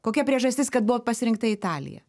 kokia priežastis kad buvo pasirinkta italija